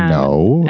ah oh,